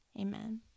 Amen